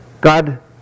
God